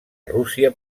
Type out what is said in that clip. rússia